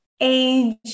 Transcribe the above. age